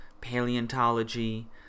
paleontology